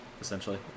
essentially